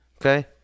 Okay